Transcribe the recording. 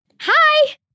Hi